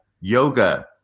Yoga